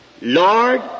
Lord